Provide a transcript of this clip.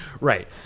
right